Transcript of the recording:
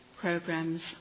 programs